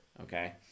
okay